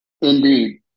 Indeed